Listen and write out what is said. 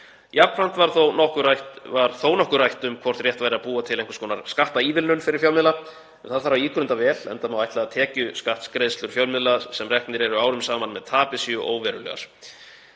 Jafnframt var þó nokkuð rætt um hvort rétt væri að búa til einhvers konar skattaívilnun fyrir fjölmiðla, en það þarf að ígrunda vel, enda má ætla að tekjuskattsgreiðslur fjölmiðla sem reknir eru árum saman með tapi séu óverulegar.